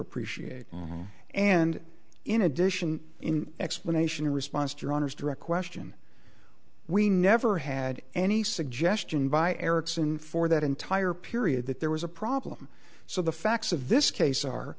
appreciate and in addition in explanation in response to your honor's direct question we never had any suggestion by erickson for that entire period that there was a problem so the facts of this case are